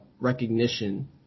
recognition